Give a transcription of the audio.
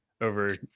over